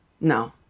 No